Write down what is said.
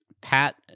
Pat